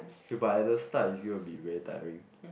k but at the start it's going to be very tiring